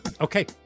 okay